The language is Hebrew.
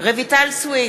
רויטל סויד,